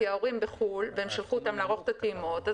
כי ההורים בחו"ל והם שלחו אותם לערוך את הטעימות,